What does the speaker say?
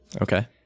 Okay